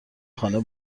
خانه